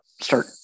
start